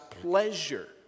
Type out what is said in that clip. pleasure